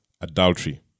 adultery